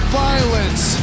violence